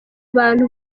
bantu